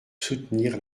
soutenir